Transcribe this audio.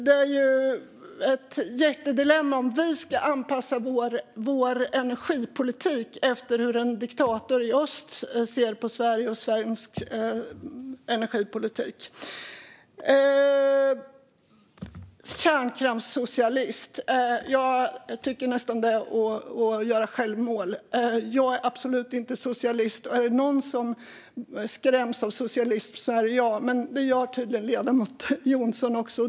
Det är ett jättedilemma om vi ska anpassa vår energipolitik efter hur en diktator i öst ser på Sverige och svensk energipolitik. Sedan är det väl nästan att göra självmål att kalla oss för kärnkraftssocialister. Jag är absolut inte socialist. Är det någon som skräms av socialism är det jag, men det gör tydligen ledamoten Jonsson också.